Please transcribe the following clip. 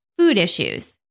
foodissues